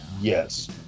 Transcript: yes